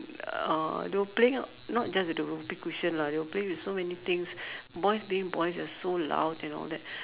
uh they were playing not just the Whoopee cushion lah they were playing with so many things boys being boys they're so loud and all that